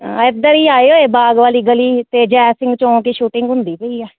ਇੱਧਰ ਹੀ ਆਏ ਹੋਏ ਬਾਗ ਵਾਲੀ ਗਲੀ ਅਤੇ ਜੈ ਸਿੰਘ ਚੌਂਕ ਹੀ ਸ਼ੂਟਿੰਗ ਹੁੰਦੀ ਪਈ ਹੈ